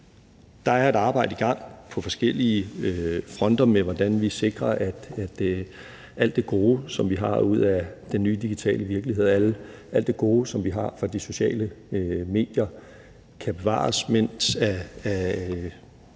Der er et arbejde i gang på forskellige fronter med, hvordan vi sikrer, at alt det gode, som vi har ud af den nye digitale virkelighed, og alt det gode, som vi har fra de sociale medier, kan bevares, mens al